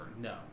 No